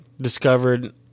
discovered